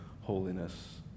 holiness